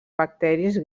bacteris